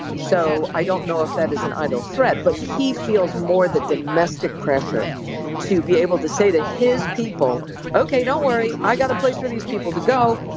so i don't know if that is an idle threat but he feels more that domestic pressure to be able to say to his people ok don't worry i've got a place for these people to go.